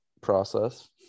process